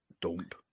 dump